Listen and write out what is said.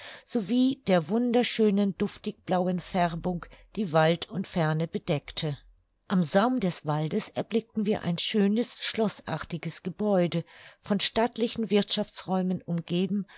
sowie der wunderschönen duftig blauen färbung die wald und ferne bedeckte am saum des waldes erblickten wir ein schönes schloßartiges gebäude von stattlichen wirthschaftsräumen umgeben